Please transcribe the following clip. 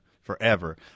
forever